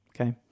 okay